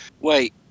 Wait